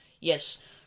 Yes